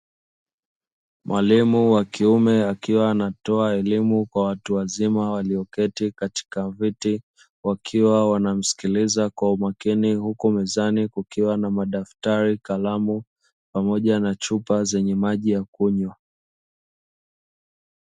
Mwalimu wa kiume, akiwa anatoa elimu kwa watu wazima walioketi katika viti, wakiwa wanamsikiliza kwa umakini, huku mezani kukiwa na madaftari, kalamu pamoja na chupa zenye maji ya kunywa.